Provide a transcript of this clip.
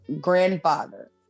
grandfather